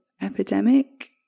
epidemic